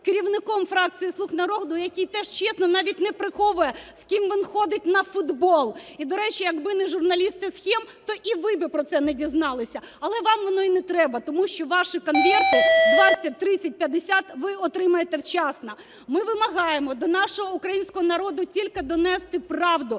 керівником фракції "слуг народу", який теж чесно, навіть не приховує з ким він ходить на футбол. І, до речі, якби не журналісти "Схем", то і ви би про це не дізналися. Але вам воно і не треба, тому що ваші "конверти" 20/30/50 ви отримаєте вчасно. Ми вимагаємо до нашого українського народу тільки донести правду